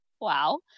wow